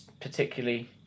particularly